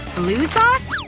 blue sauce?